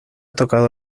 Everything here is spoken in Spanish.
tocado